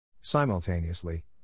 Simultaneously